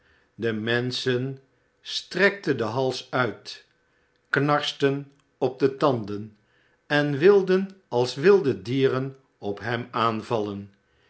de menschen strekten den hals uit knarsten op de tanden en wilden als wilde dieren op hem aanvallen